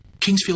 Kingsfield